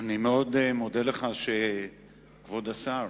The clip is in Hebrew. אני מאוד מודה לך, כבוד השר,